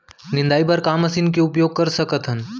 निंदाई बर का मशीन के उपयोग कर सकथन?